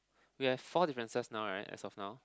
we have four differences right as of now